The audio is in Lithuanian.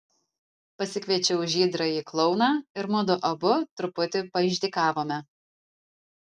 pasikviečiau žydrąjį klouną ir mudu abu truputį paišdykavome